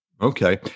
Okay